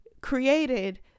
created